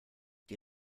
die